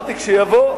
אמרתי: כשיבוא.